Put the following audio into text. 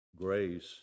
grace